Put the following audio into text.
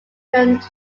returned